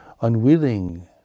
unwilling